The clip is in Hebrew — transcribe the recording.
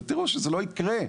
ותראו שזה לא יקרה.